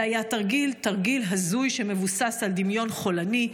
זה היה תרגיל הזוי שמבוסס על דמיון חולני,